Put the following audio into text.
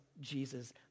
Jesus